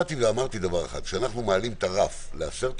באתי ואמרתי דבר אחד: כשאנחנו מעלים את הרף ל-10,000,